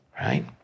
right